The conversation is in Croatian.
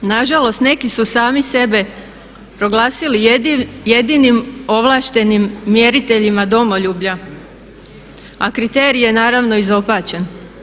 Nažalost, neki su sami sebe proglasili jedinim ovlaštenim mjeriteljima domoljublja, a kriterij je naravno izopačen.